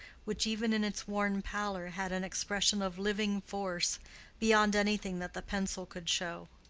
which even in its worn pallor had an expression of living force beyond anything that the pencil could show.